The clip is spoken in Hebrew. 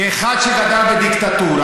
כאחד שגדל בדיקטטורה,